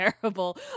terrible